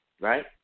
right